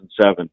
2007